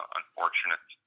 unfortunate